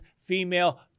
female